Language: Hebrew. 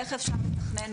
איך אפשר לתכנן משהו ככה.